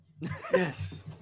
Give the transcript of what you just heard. Yes